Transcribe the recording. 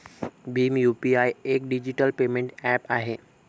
Bhim UPI एक digital payment app आहे